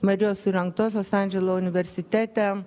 marijos surengtosios andželo universitete